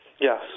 Yes